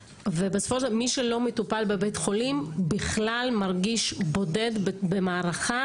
מי שלא מטופל בבית חולים, מרגיש בכלל בודד במערכה.